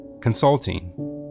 Consulting